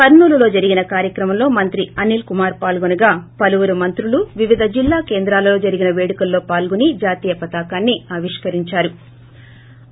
కర్నూలులో జరిగిన కార్యక్రమంలో మంగ్రితి అనిల్ కుమార్ పాల్గొనగా పలువురు ి వినియోగం కొందాలలో జరిగిన వేడుకల్లో పాల్గొని జాతీయ పతాకాన్ని ఆవిష్కరించారు